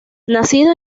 nacido